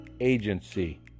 agency